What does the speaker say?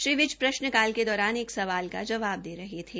श्री विज प्रश्नकाल के दौरान एक सवाल के जवाब दे रहे थे